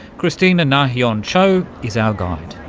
christina na-heon cho is our guide.